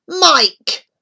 Mike